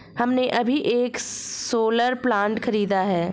हमने अभी एक सोलर प्लांट खरीदा है